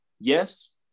yes